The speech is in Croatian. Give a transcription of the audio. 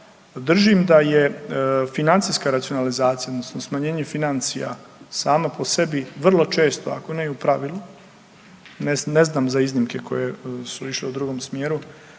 držim da je financijska racionalizacija odnosno smanjenje financija samo po sebi vrlo često, ako ne i u pravilu, ne znam za iznimke koje su išle u drugom smjeru,